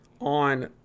on